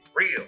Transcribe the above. real